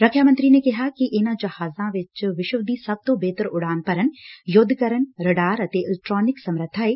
ਰੱਖਿਆ ਮੰਤਰੀ ਨੇ ਕਿਹਾ ਕਿ ਇਨਾਂ ਜਹਾਜਾਂ ਚ ਵਿਸ਼ਵ ਦੀ ਸਭ ਤੋਂ ਬਿਹਤਰ ਉਡਾਨ ਭਰਨ ਯੁੱਧ ਕਰਨ ਰਡਾਰ ਅਤੇ ਇਲੈਕਟ੍ਟਾਨਿਕ ਸਮਰੱਬਾ ਏ